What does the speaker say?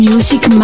Music